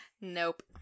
Nope